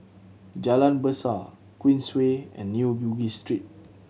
Jalan Besar Queensway and New Bugis Street